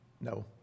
No